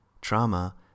trauma